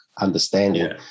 understanding